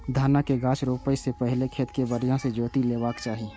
धानक गाछ रोपै सं पहिने खेत कें बढ़िया सं जोति लेबाक चाही